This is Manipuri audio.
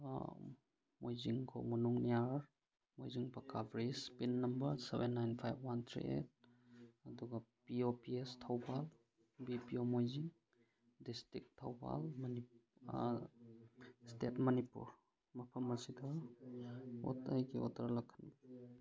ꯃꯣꯏꯖꯤꯡꯈꯣꯛ ꯃꯅꯨꯡꯌꯥꯔ ꯃꯣꯏꯖꯤꯡ ꯄꯛꯀꯥ bridge pin number seven nine five one three eight ꯑꯗꯨꯒ P O P S Thoubal B P O Moijing district Thoubal state Manipur ꯃꯐꯝ ꯑꯁꯤꯗ